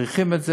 צריכים את זה.